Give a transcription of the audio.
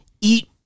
Eat